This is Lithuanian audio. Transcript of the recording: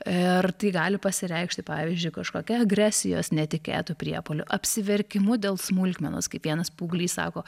ir tai gali pasireikšti pavyzdžiui kažkokia agresijos netikėtu priepuoliu apsiverkimu dėl smulkmenos kaip vienas paauglys sako